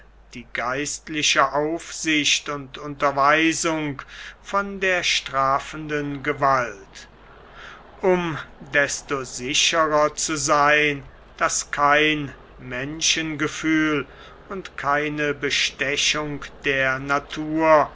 die geistliche aufsicht und unterweisung von der strafenden gewalt um desto sicherer zu sein daß kein menschengefühl und keine bestechung der natur